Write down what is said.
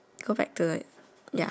okay